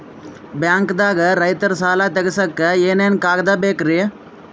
ಬ್ಯಾಂಕ್ದಾಗ ರೈತರ ಸಾಲ ತಗ್ಸಕ್ಕೆ ಏನೇನ್ ಕಾಗ್ದ ಬೇಕ್ರಿ?